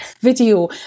video